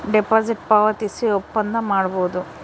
deposit ಪಾವತಿಸಿ ಒಪ್ಪಂದ ಮಾಡಬೋದು